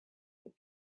with